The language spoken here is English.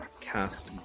cast